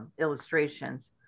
illustrations